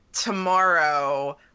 tomorrow